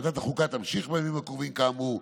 ועדת החוקה תמשיך, כאמור,